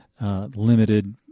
limited